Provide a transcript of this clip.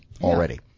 already